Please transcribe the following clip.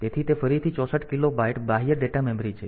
તેથી તે ફરીથી 64 કિલોબાઇટ બાહ્ય ડેટા મેમરી છે